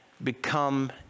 become